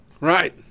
Right